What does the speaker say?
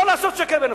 לא לעשות שקר בנפשי.